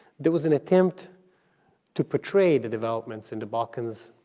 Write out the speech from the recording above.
there was an attempt to portray the developments in the balkans,